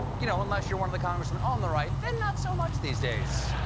you know unless you're one of the congressmen on the right, then not so much these days.